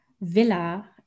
villa